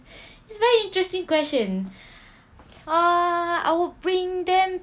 it's very interesting question ah I'll bring them